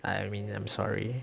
I mean I'm sorry